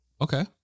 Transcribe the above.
Okay